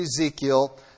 Ezekiel